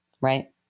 right